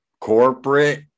corporate